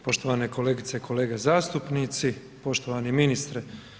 Poštovane kolegice i kolege zastupnici, poštovani ministre.